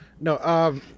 no